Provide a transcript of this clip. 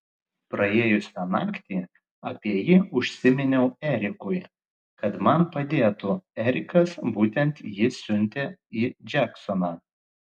praėjusią naktį apie jį užsiminiau erikui kad man padėtų erikas būtent jį siuntė į džeksoną